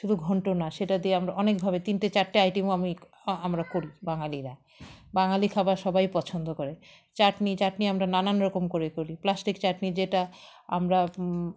শুধু ঘণ্ট না সেটা দিয়ে আমরা অনেকভাবে তিনটে চারটে আইটেমও আমি আমরা করি বাঙালিরা বাঙালি খাবার সবাই পছন্দ করে চাটনি চাটনি আমরা নানান রকম করে করি প্লাস্টিক চাটনি যেটা আমরা